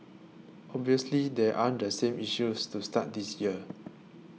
obviously there aren't the same issues to start this year